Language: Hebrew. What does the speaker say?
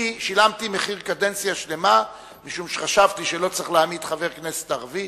אני שילמתי מחיר קדנציה שלמה משום שחשבתי שלא צריך להעמיד חבר כנסת ערבי